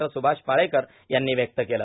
स्रभाष पाळेकर यांनी व्यक्त केले